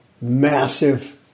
Massive